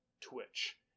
twitch